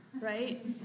right